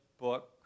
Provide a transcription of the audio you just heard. book